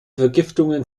vergiftungen